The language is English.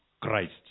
Christ